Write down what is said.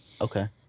Okay